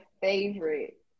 favorite